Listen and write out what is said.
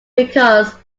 because